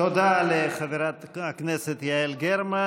תודה לחברת הכנסת יעל גרמן.